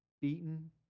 beaten